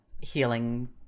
healing